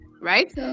right